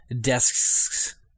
desks